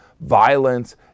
violence